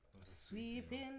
sweeping